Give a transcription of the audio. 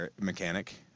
mechanic